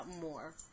more